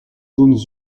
zones